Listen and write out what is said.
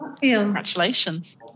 congratulations